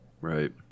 Right